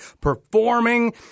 Performing